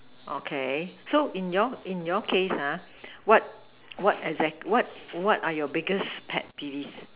okay so in your in your case ha what what exact what what are your biggest pet peeves